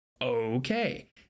okay